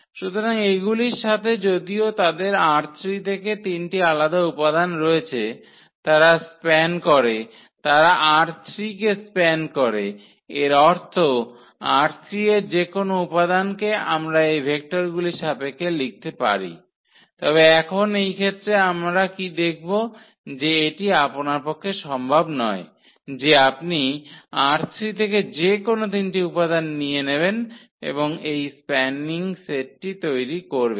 সুতরাং এগুলির সাথে যদিও তাদের ℝ3 থেকে তিনটি আলাদা উপাদান রয়েছে তারা স্প্যান করে তারা ℝ3 কে স্প্যান করে এর অর্থ ℝ3 এর যে কোনও উপাদানকে আমরা এই ভেক্টরগুলির সাপেক্ষে লিখতে পারি তবে এখন এই ক্ষেত্রে আমরা কী দেখব যে এটি আপনার পক্ষে সম্ভব নয় যে আপনি ℝ3 থেকে যে কোনও তিনটি উপাদান নিয়ে নেবেন এবং এই স্প্যানিং সেটটি তৈরি করবেন